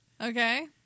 Okay